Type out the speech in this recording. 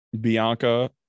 Bianca